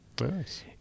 Nice